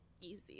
easy